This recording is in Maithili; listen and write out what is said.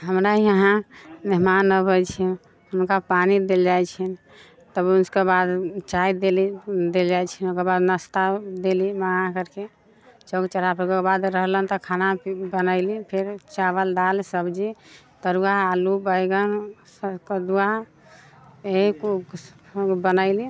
हमरा यहाँ मेहमान अबै छै हुनका पानि देल जाइ छै तब उसके बाद चाय देलियै देल जाइ छन्हि ओकर बाद नाश्ता देली बना करके ओकर बाद रहलनि तऽ खाना भी बनेली फेर चावल दालि सब्जी तरुआ आलू बैगन कदुआ यही किछु बनैलि